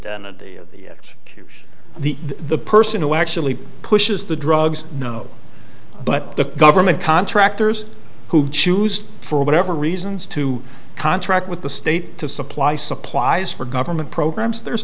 the the person who actually pushes the drugs no but the government contractors who choose for whatever reasons to contract with the state to supply supplies for government programs there's